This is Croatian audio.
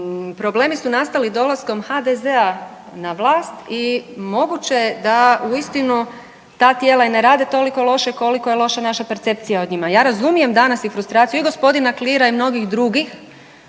problemi su nastali dolaskom HDZ-a na vlast i moguće je da uistinu ta tijela i ne rade toliko loše koliko je loša naša percepcija o njima. Ja razumijem danas i frustraciju i g. Klira i mnogih drugih